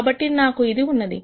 కాబట్టి నాకు ఇది ఉన్నది